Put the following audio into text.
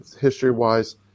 history-wise